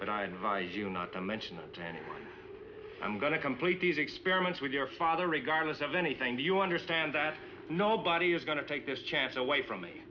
but i advise you not to mention it and i'm going to complete these experiments with your father regardless of anything do you understand that nobody is going to take this chance away from me